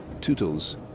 Tootles